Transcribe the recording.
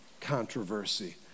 controversy